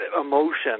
emotion